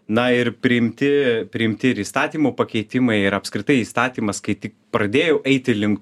na ir priimti priimti ir įstatymo pakeitimai ir apskritai įstatymas kai tik pradėjau eiti link